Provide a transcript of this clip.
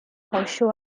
horseshoe